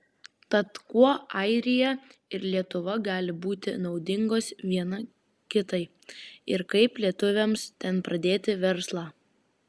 tad kuo airija ir lietuva gali būti naudingos viena kitai ir kaip lietuviams ten pradėti verslą